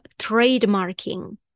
trademarking